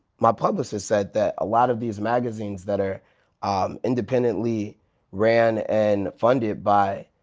my publicist said that a lot of these magazines that are independently run and funded by